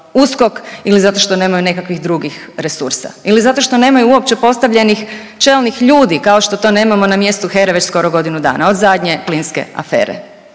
USKOK ili zato što nemaju nekakvih drugih resursa ili zato što nemaju uopće postavljenih čelnih ljudi kao što to nemamo na mjestu HERA-e već skoro godinu dana od zadnje plinske afere.